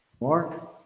Mark